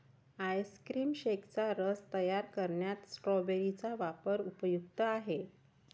ice cream शेकचा रस तयार करण्यात स्ट्रॉबेरी चा वापर उपयुक्त आहे